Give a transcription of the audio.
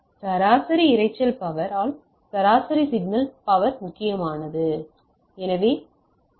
சராசரி இரைச்சல் பவர் ஆல் சராசரி சிக்னல் பவர் முக்கியமானது எனவே எஸ்